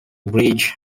bridge